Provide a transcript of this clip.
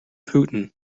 putin